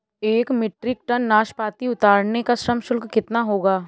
एक metric ton नाशपाती उतारने का श्रम शुल्क कितना होगा?